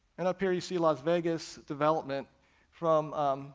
and up here you see las vegas development from